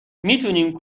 میتونیم